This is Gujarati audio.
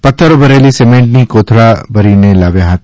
પત્થરો ભરેલી સિમેન્ટની કોથળા ભરીને લાવ્યા હતા